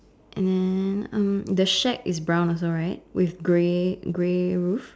and then um the shack is brown also right with grey grey roof